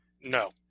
no